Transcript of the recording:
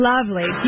Lovely